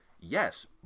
Yes